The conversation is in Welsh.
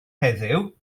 heddiw